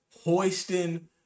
hoisting